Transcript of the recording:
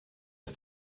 ist